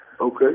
Okay